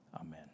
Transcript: amen